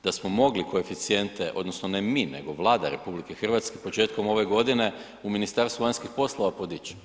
Da smo mogli koeficijente, odnosno ne mi, nego Vlada RH početkom ove godine u Ministarstvu vanjskih poslova podići.